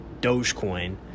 Dogecoin